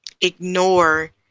ignore